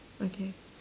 okay